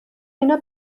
اینها